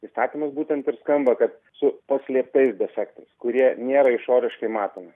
įstatymas būtent ir skamba kad su paslėptais defektais kurie nėra išoriškai matomi